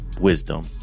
wisdom